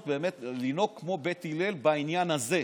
ולנהוג כמו בית הלל בעניין הזה,